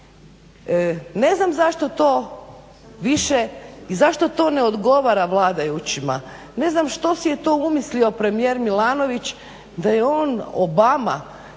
Ne znam zašto to više i zašto to ne odgovara vladajućima? Ne znam što si je to umislio premijer Milanović da je on Obama